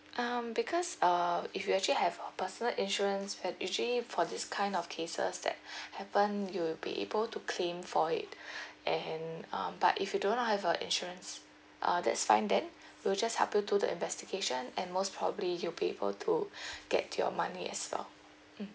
um because uh if you actually have a personal insurance plan usually for this kind of cases that happen you'll be able to claim for it and um but if you do not have a insurance uh that's fine then we'll just help you do the investigation and most probably you'll be able to get your money as well mm